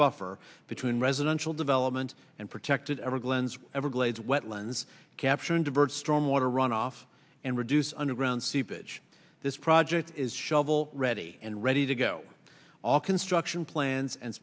buffer between residential development and protected ever glen's everglades wetlands capture and divert storm water runoff and reduce underground seepage this project is shovel ready and ready to go all construction plans and